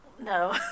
No